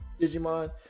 digimon